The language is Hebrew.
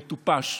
מטופש,